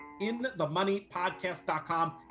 inthemoneypodcast.com